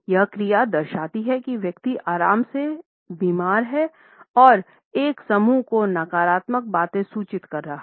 यह क्रिया दर्शाती है कि व्यक्ति आराम से बीमार है और एक समूह को नकारात्मक बातें सूचित कर सकता है